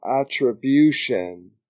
attribution